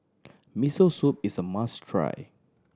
Miso Soup is a must try